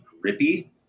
grippy